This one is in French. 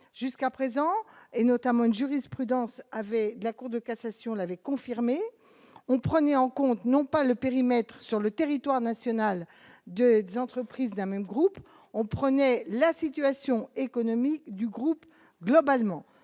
jusqu'à présent, et notamment une jurisprudence avait de la Cour de cassation l'avait confirmé : on prenait en compte non pas le périmètre sur le territoire national de 10 entreprises d'un même groupe, on prenait la situation économique du groupe globalement